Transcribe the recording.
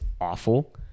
awful